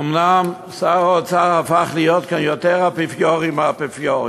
אומנם שר האוצר הפך להיות כאן יותר אפיפיור מהאפיפיור,